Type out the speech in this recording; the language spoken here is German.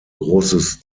großes